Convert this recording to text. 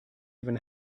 even